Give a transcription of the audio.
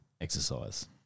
exercise